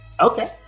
Okay